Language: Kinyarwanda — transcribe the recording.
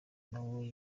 nawe